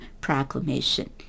Proclamation